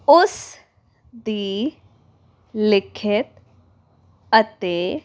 ਉਸ ਦੀ ਲਿਖਤ ਅਤੇ